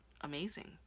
amazing